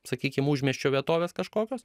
sakykim užmiesčio vietovės kažkokios